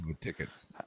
tickets